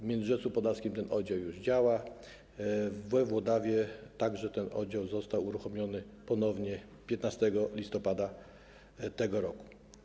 W Międzyrzecu Podlaskim ten oddział już działa, we Włodawie ten oddział został uruchomiony ponownie 15 listopada tego roku.